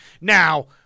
Now